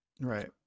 Right